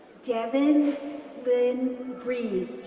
devin lynn breese,